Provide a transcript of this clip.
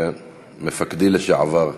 מפקדי לשעבר.